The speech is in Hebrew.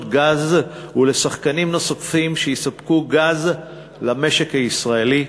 גז ולשחקנים נוספים שיספקו גז למשק הישראלי.